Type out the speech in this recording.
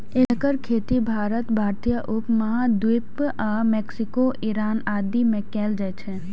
एकर खेती भारत, भारतीय उप महाद्वीप आ मैक्सिको, ईरान आदि मे कैल जाइ छै